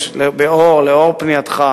לאור פנייתך,